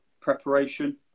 preparation